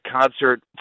concert